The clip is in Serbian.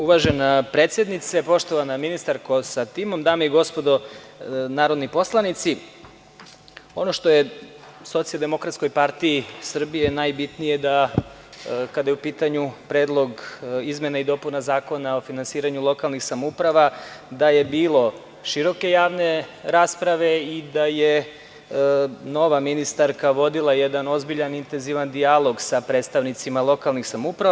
Uvažena predsednice, poštovana ministarko sa timom, dame i gospodo narodni poslanici, ono što je Socijaldemokratskoj partiji Srbije najbitnije da, kada je u pitanju Predlog izmena i dopuna Zakona o finansiranju lokalnih samouprava, da je bilo široke javne rasprave i da je nova ministarka vodila jedan ozbiljan, intenzivan dijalog sa predstavnicima lokalnih samouprava.